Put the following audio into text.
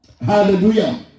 hallelujah